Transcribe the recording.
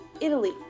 Italy